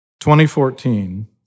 2014